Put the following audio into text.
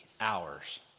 hours